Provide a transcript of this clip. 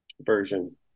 version